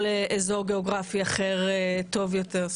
לעבור לאזור גיאוגרפי אחר טוב יותר.